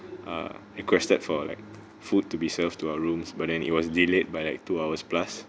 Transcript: uh requested for like food to be served to our rooms but then it was delayed by like two hours plus